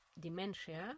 dementia